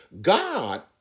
God